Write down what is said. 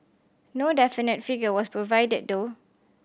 no definite figure was provided though